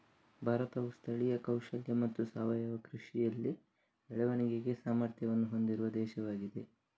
ಭಾರತವು ಸ್ಥಳೀಯ ಕೌಶಲ್ಯ ಮತ್ತು ಸಾವಯವ ಕೃಷಿಯಲ್ಲಿ ಬೆಳವಣಿಗೆಗೆ ಸಾಮರ್ಥ್ಯವನ್ನು ಹೊಂದಿರುವ ದೇಶವಾಗಿದೆ